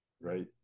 right